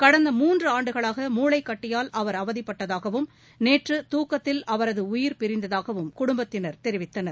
கடந்தஎட்டு மூன்றான்டுகளாக மூளைக் கட்டியால் அவர் அவதிப்பட்டதாகவும் நேற்றுதாக்கத்தில் அவரதுடயிர் பிரிந்ததாககுடும்பத்தினர் தெரிவித்தனர்